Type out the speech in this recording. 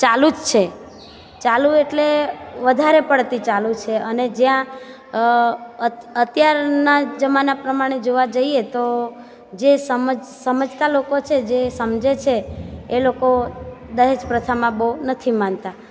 ચાલુ જ છે ચાલુ એટલે વધારે પડતી ચાલુ છે અને જ્યાં અત્યાર અત્યારના જમાના પ્રમાણે જોવા જઈએ તો જે સમજ સમજતા લોકો છે જે સમજે છે એ લોકો દહેજ પ્રથામાં બહુ નથી માનતા